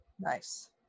Nice